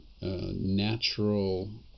natural